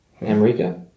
america